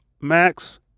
Max